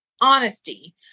honesty